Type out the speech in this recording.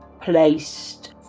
placed